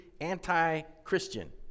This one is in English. anti-Christian